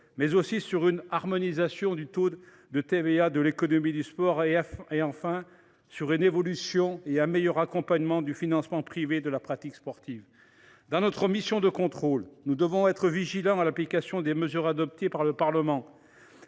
mais aussi sur une harmonisation des taux de TVA de l’économie du sport et, enfin, sur une évolution et un meilleur accompagnement du financement privé de la pratique sportive. Dans notre mission de contrôle, nous devons être vigilants à l’application des mesures adoptées par le Parlement